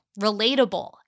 relatable